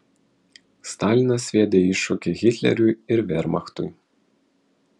stalinas sviedė iššūkį hitleriui ir vermachtui